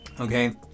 okay